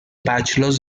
bachelors